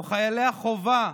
או חיילי החובה,